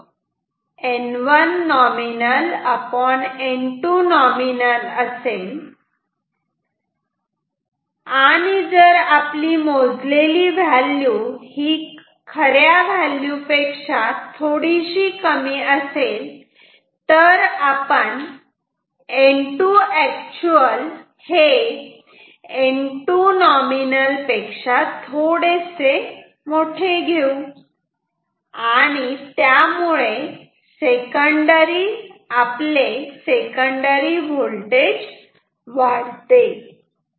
जर nominal ratio N1nominalN2nominal असेल आणि जर आपली मोजलेली व्हॅल्यू ही खऱ्या व्हॅल्यू पेक्षा थोडीशी कमी असेल तर आपण N2 actual हे N2nominal पेक्षा थोडेसे मोठे घेऊ आणि त्यामुळे सेकंडरी व्होल्टेज वाढते